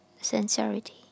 sincerity